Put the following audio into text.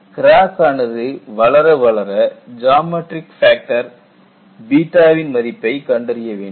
crack ஆனது வளரவளர geometry factor β வின் மதிப்பை கண்டறிய வேண்டும்